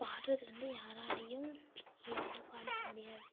பாடுகிறது வந்து யாராலேயும் ஈஸியாக பாடிவிட முடியாது